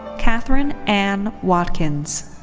katherine anne watkins.